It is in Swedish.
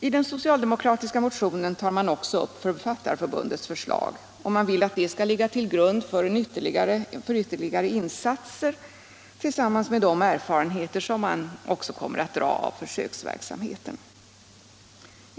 I den socialdemokratiska motionen tas också upp Författarförbundets förslag, som man vill skall ligga till grund för ytterligare insatser tillsammans med de erfarenheter som kan dras av försöksverksamheten.